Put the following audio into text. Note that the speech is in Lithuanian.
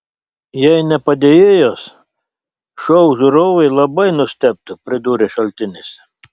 jei ne padėjėjos šou žiūrovai labai nustebtų pridūrė šaltinis